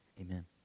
Amen